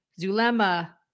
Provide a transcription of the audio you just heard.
Zulema